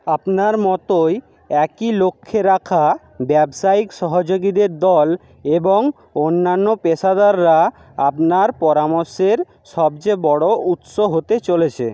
আপনার মতোই একই লক্ষ্যে রাখা ব্যবসায়িক সহযোগীদের দল এবং অন্যান্য পেশাদাররা আপনার পরামর্শের সবচেয়ে বড় উৎস হতে চলেছে